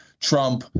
Trump